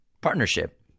partnership